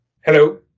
Hello